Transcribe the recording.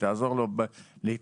שתעזור לו להתלבש,